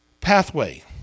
pathway